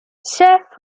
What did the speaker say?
chef